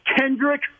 Kendrick